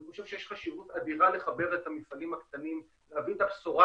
אני חושב שיש חשיבות אדירה לחבר את המפעלים הקטנים ולהביא את הבשורה